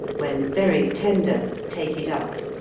when very tender, take it up,